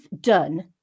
done